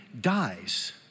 dies